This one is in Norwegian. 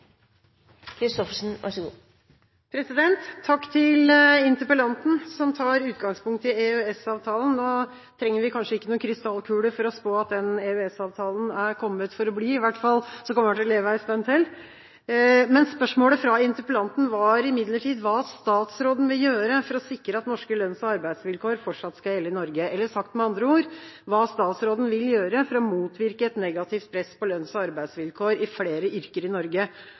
Takk til interpellanten, som tar utgangspunkt i EØS-avtalen. Vi trenger kanskje ikke en krystallkule for å spå at EØS-avtalen er kommet for å bli – den kommer i hvert fall til å leve en stund til. Spørsmålet fra interpellanten var imidlertid hva statsråden vil gjøre for å sikre at norske lønns- og arbeidsvilkår fortsatt skal gjelde i Norge – eller sagt med andre ord: Hva vil statsråden gjøre for å motvirke et negativt press på lønns- og arbeidsvilkår i flere yrker i Norge?